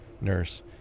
nurse